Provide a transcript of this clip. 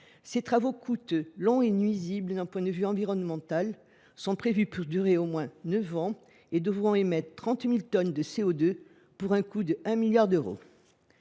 Ces travaux coûteux, longs et nuisibles d’un point de vue environnemental sont prévus pour durer au moins neuf ans. Ils devraient émettre 30 000 tonnes de CO2, pour un coût de 1 milliard d’euros.